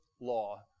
law